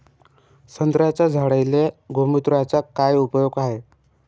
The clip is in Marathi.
संत्र्याच्या झाडांले गोमूत्राचा काय उपयोग हाये?